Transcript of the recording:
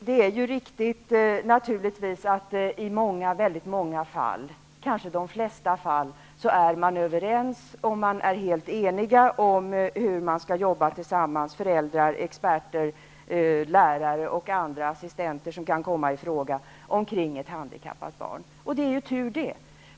Herr talman! Det är naturligtvis riktigt att föräldrar, experter, lärare och andra assistenter som kan komma i fråga kring ett handikappat barn i många fall, kanske i de flesta fall, är helt eniga om hur man skall jobba. Det är tur.